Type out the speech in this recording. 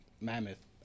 mammoth